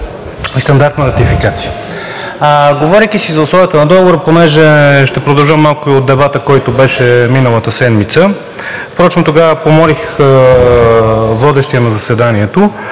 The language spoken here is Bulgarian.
и стандартна ратификация. Говорейки си за условията на Договора, понеже ще продължа малко и от дебата, който беше миналата седмица, впрочем тогава помолих водещия на заседанието,